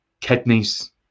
kidneys